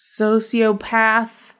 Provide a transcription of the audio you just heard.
sociopath